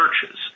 churches